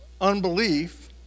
unbelief